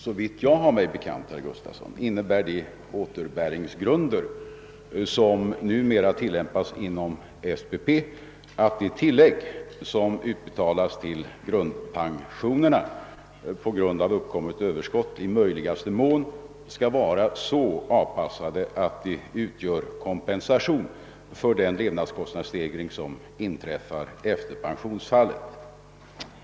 Såvitt jag har mig bekant innebär de återbäringsgrunder som numera tillämpas inom SPP att de tillägg som utbetalas till grundpensionerna på grund av uppkommet överskott i möjligaste mån skall vara så avpassade, att de utgör kompensation för den levnadskostnadsstegring som inträffar efter pensionsfallet.